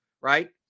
right